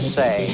say